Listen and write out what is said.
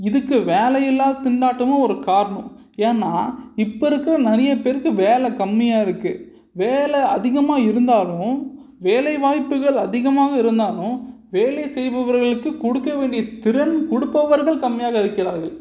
இதுக்கு வேலையில்லாத திண்டாட்டமும் ஒரு காரணம் ஏன்னா இப்போ இருக்கிற நிறைய பேருக்கு வேலை கம்மியாக இருக்கு வேலை அதிகமாக இருந்தாலும் வேலை வாய்ப்புகள் அதிகமாக இருந்தாலும் வேலை செய்பவர்களுக்கு கொடுக்க வேண்டிய திறன் கொடுப்பவர்கள் கம்மியாக இருக்கிறார்கள்